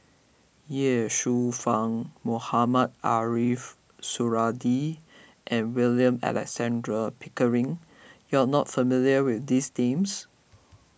Ye Shufang Mohamed Ariff Suradi and William Alexander Pickering you are not familiar with these dames